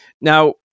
Now